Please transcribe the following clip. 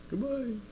Goodbye